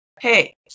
hey